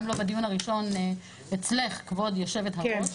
גם לא בדיון הראשון אצלך כבוד יושבת הראש,